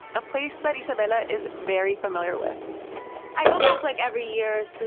a place that isabela is very familiar with i go back, like, every year, so